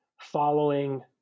following